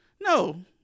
no